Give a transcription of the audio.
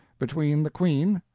between the queen,